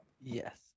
yes